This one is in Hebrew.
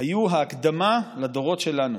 היו ההקדמה לדורות שלנו,